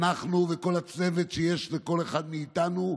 אנחנו וכל הצוות שיש לכל אחד מאיתנו.